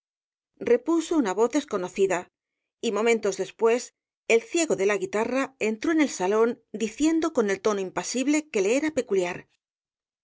repuso una voz desconocida y momentos después el ciego de la guitarra entró en el salón diciendo con el tono impasible que le era peculiar